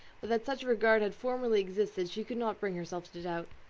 but that such a regard had formerly existed she could not bring herself to doubt.